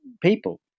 people